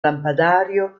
lampadario